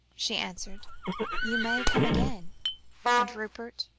she answered you may come again and, rupert,